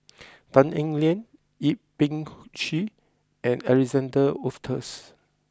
Tan Eng Liang Yip Pin Xiu and Alexander Wolters